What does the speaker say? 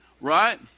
Right